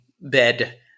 bed